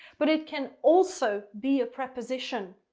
but it can also be a preposition.